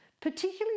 particularly